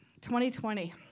2020